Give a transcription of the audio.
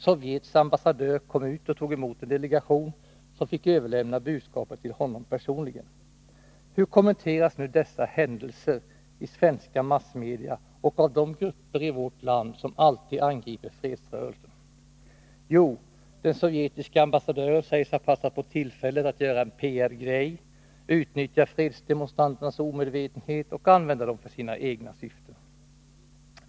Sovjets ambassadör kom ut och tog emot en delegation, som fick överlämna budskapet till honom personligen. Hur kommenteras nu dessa händelser i svenska massmedia och av de grupper i vårt land som alltid angriper fredsrörelsen? Jo, den sovjetiska ambassadören sägs ha passat på tillfället att göra en PR-grej, utnyttja fredsdemonstranternas omedvetenhet och använda dem för sina egna syften.